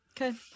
Okay